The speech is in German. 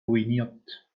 ruiniert